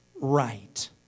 right